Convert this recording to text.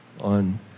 on